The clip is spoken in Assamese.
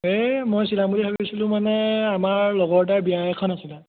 এ মই চিলাম বুলি ভাবিছিলোঁ মানে আমাৰ লগৰ এটাৰ বিয়া এখন আছিলে